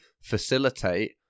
facilitate